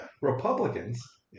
Republicans